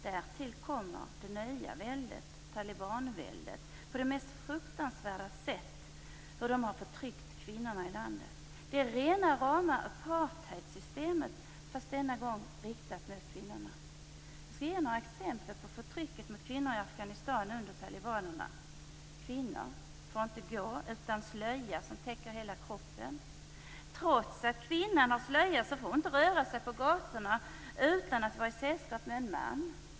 Därtill kommer att det nya väldet, talibanväldet, på det mest fruktansvärda sätt förtryckt kvinnorna i landet. Det är rena rama apartheidsystemet, denna gång riktat mot kvinnor. Jag skall ge några exempel på förtrycket mot kvinnor i Afghanistan under talibanerna: - Kvinnor får inte gå ut utan slöja som täcker hela kroppen. - Trots att kvinnan har slöja får hon inte röra sig på gatorna utan att vara i sällskap med en man.